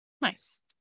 nice